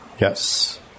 Yes